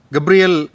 Gabriel